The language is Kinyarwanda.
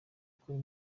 kuri